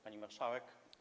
Pani Marszałek!